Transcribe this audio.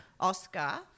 Oscar